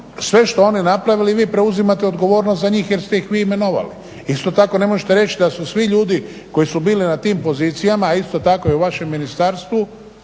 sve što oni napravili vi preuzimate odgovornost za njih jer ste ih vi imenovali. Isto tako ne možete reći da su svi ljudi koji su bili na tim pozicijama a isto tako i u vašem ministarstvu